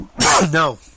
No